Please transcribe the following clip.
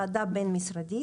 ועדה בין משרדית,